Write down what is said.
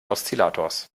oszillators